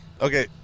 Okay